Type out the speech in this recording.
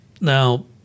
Now